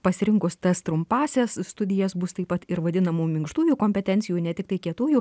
pasirinkus tas trumpąsias studijas bus taip pat ir vadinamų minkštųjų kompetencijų ne tiktai kietųjų